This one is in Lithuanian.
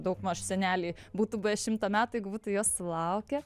daugmaž seneliai būtų buvę šimto metų jeigu būtų jo sulaukę